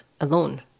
alone